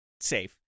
safe